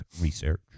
research